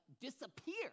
disappear